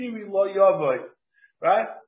Right